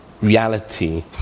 reality